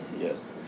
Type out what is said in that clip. yes